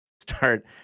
start